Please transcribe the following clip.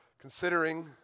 considering